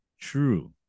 true